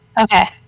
Okay